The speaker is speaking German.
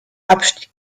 abstieg